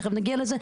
תכף נגיע לזה,